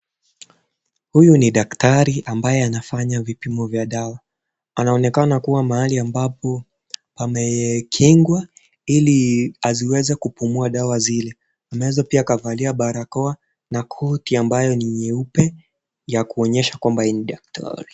Huyu ni daktari ambaye anafanya vipimo vya damu , anaonekana kuwa mahali ambapo pamekingwa ili asiweze kupumua dawa zile , ameweza pia kuvalia barakoa na koti ambayo ni nyeupe ya kuonyesha kwamba yeye ni daktari.